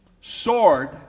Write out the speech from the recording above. sword